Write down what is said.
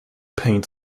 paint